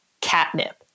catnip